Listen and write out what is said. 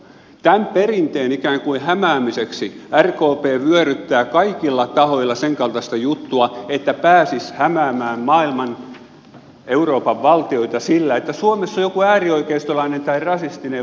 tämän perinteen ikään kuin hämäämiseksi rkp vyöryttää kaikilla tahoilla sen kaltaista juttua että pääsisi hämäämään euroopan valtioita sillä että suomessa on joku äärioikeistolainen tai rasistinen vaara